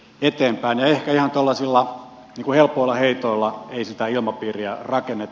ehkä ihan tuollaisilla helpoilla heitoilla ei sitä ilmapiiriä rakenneta